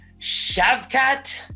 Shavkat